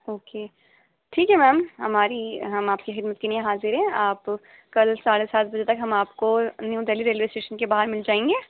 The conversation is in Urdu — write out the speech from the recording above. اوکے ٹھیک ہے میم ہماری ہم آپ کی خدمت کے لیے حاضر ہیں آپ کل ساڑھے سات بجے تک ہم آپ کو new Delhi railway station کے باہر مل جائیں گے